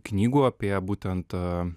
knygų apie būtent